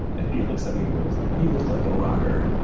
and he looks at me, he goes, you look like a rocker.